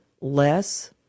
less